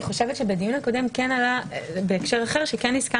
אני חושב שאנחנו צריכים לדעת מה הגבול הנמוך של הדרג שיוסמך.